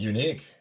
Unique